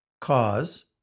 cause